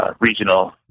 regional